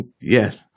Yes